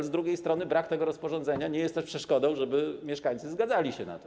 Ale z drugiej strony brak tego rozporządzenia nie jest też przeszkodą, żeby mieszkańcy zgadzali się na to.